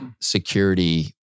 security